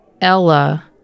Ella